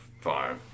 Fine